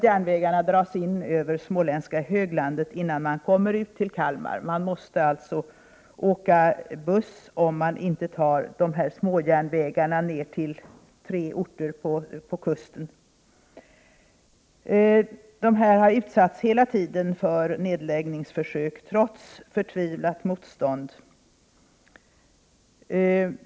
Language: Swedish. Järnvägarna dras in över småländska höglandet innan man kommer till Kalmar. Man måste alltså åka buss, om man inte tar någon av småjärnvägarna ner till tre orter vid kusten. Dessa järnvägar har hela tiden utsatts för nedläggningsförsök, trots förtvivlat motstånd.